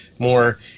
more